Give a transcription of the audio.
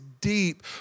deep